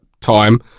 time